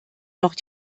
noch